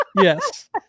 yes